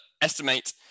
estimate